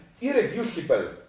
irreducible